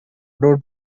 blow